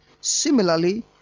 Similarly